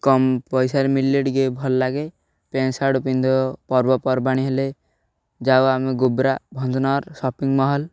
କମ୍ ପଇସାରେ ମିଳିଲେ ଟିକେ ଭଲ ଲାଗେ ପ୍ୟାଣ୍ଟ ସାର୍ଟ ପିନ୍ଧ ପର୍ବପର୍ବାଣି ହେଲେ ଯାଉ ଆମେ ଗୋବ୍ରା ଭଞ୍ଜନଗର ସପିଂ ମଲ